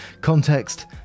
Context